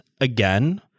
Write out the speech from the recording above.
again